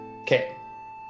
Okay